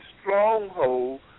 stronghold